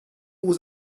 was